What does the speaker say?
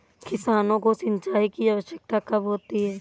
किसानों को सिंचाई की आवश्यकता कब होती है?